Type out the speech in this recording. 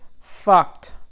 fucked